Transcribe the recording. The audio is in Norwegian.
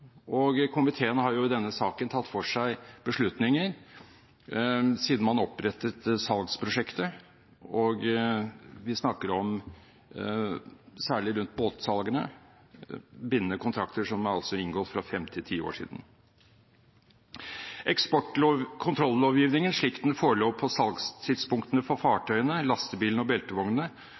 utført. Komiteen har i denne saken tatt for seg beslutninger siden man opprettet salgsprosjektet. Vi snakker om – særlig rundt båtsalgene – bindende kontrakter, som altså er inngått for fem–ti år siden. Eksportkontrollovgivningen, slik den forelå på salgstidspunktene for fartøyene, lastebilene og beltevognene,